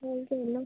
हे केलं